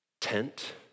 Tent